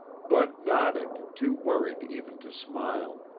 bud nodded, too worried even to smile.